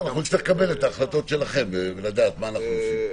נקבל את ההחלטות שלכם ונחליט מה נעשה.